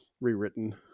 rewritten